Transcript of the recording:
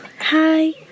Hi